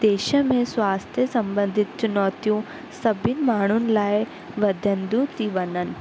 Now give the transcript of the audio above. देश में स्वास्थ्य संबंधित चुनौतियूं सभिनि माण्हुनि लाइ वधंदियूं थी वञनि